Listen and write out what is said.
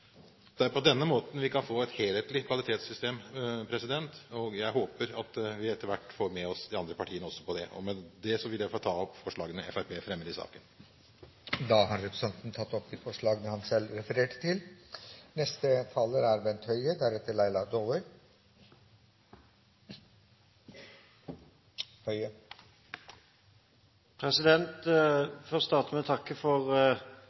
Det er på denne måten vi kan få et helhetlig kvalitetssystem, og jeg håper at vi etter hvert også får med oss de andre partiene på det. Med dette vil jeg få ta opp forslagene Fremskrittspartiet har i saken. Representanten Jon Jæger Gåsvatn har tatt opp de forslag han refererte til.